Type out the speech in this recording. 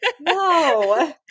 no